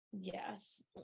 Yes